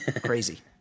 Crazy